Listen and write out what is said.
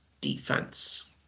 defense